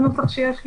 בנוסח שיש לי.